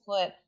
put